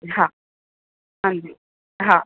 हा हांजी हा